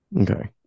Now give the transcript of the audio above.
okay